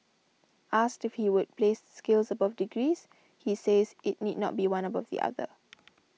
asked if he would place skills above degrees he says it need not be one above the other